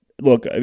look